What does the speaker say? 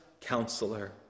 counselor